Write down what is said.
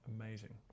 amazing